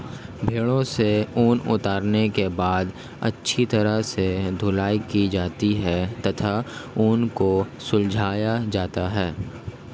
भेड़ों से ऊन को उतारने के बाद अच्छी तरह से धुलाई की जाती है तथा ऊन को सुलझाया जाता है